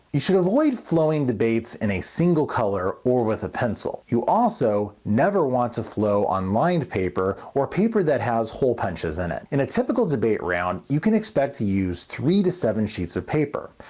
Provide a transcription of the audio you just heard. you should avoid flowing debates in a single color or a pencil. you also never want to flow on lined paper, or paper that has hole punches in it. in a typical debate round you can expect to use three to seven sheets of paper.